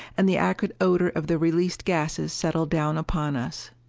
and the acrid odor of the released gases settled down upon us.